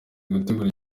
gutegura